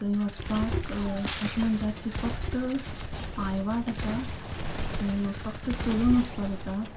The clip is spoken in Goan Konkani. थंय वचपाक अशें म्हणटात की फक्त पांयवाट आसा थंय फक्त चलून वचपा जाता